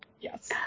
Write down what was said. Yes